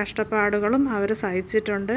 കഷ്ടപ്പാടുകളും അവർ സഹിച്ചിട്ടുണ്ട്